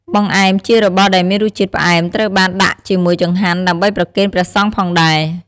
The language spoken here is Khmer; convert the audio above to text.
បង្អែមជារបស់ដែលមានរសជាតិផ្អែមត្រូវបានដាក់ជាមូយចង្ហាន់ដើម្បីប្រគេនព្រះសង្ឃផងដែរ។